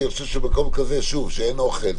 כי אני חושב שבמקום כזה שאין אוכל,